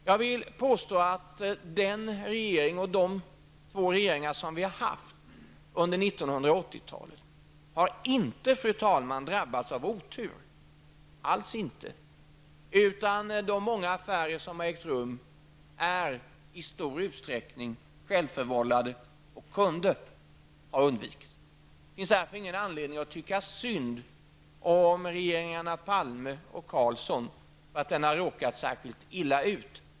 Jag vill påstå att den regering, och det två regeringar, som vi har haft under 1980-talet inte har, fru talman, drabbats av otur -- inte alls. De många affärer som har ägt rum är i stor utsträckning självförvållade, och de kunde ha undvikits. Det finns därför ingen anledning att tycka synd om regeringarna Palme och Carlsson, för att de har råkat särskilt illa ut.